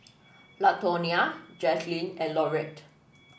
Latonia Jazlynn and Laurette